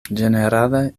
ĝenerale